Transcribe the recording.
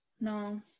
No